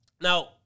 Now